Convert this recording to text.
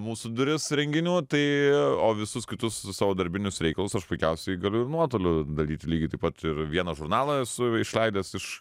mūsų duris renginių tai o visus kitus savo darbinius reikalus aš puikiausiai galiu ir nuotoliu daryt lygiai taip pat ir vieną žurnalą esu išleidęs iš